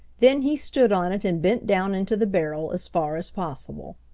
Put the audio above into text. then he stood on it and bent down into the barrel as far as possible.